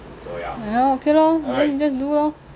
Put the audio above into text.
ya okay lor then you just do lor